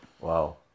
Wow